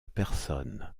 personne